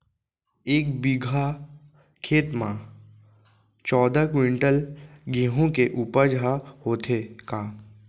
एक बीघा खेत म का चौदह क्विंटल गेहूँ के उपज ह होथे का?